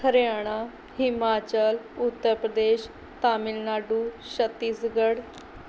Haryana Himachal Uttar Pradesh Tamil Nadu Chhattisgarh